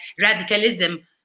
radicalism